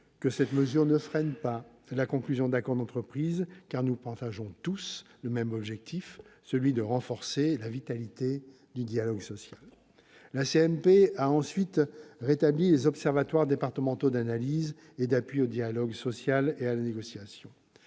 que cette mesure ne freine pas la conclusion d'accords d'entreprise, car nous partageons tous le même objectif, celui de renforcer la vitalité du dialogue social. La commission mixte paritaire a ensuite rétabli les observatoires départementaux d'analyse et d'appui au dialogue social et à la négociation.